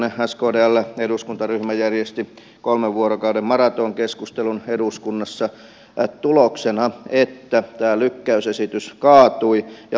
silloinen skdln eduskuntaryhmä järjesti kolmen vuorokauden maratonkeskustelun eduskunnassa tuloksella että tämä lykkäysesitys kaatui ja lapsilisäjärjestelmä tuli voimaan